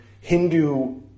Hindu-